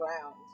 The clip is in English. ground